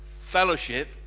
fellowship